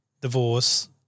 divorce